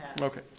Okay